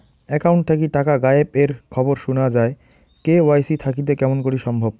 Account থাকি টাকা গায়েব এর খবর সুনা যায় কে.ওয়াই.সি থাকিতে কেমন করি সম্ভব?